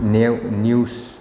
news